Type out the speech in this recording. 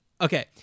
Okay